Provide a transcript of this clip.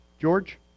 George